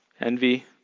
Envy